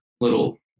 little